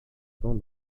temps